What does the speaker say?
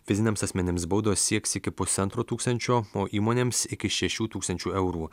fiziniams asmenims baudos sieks iki pusantro tūkstančio o įmonėms iki šešių tūkstančių eurų